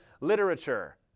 literature